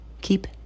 Keep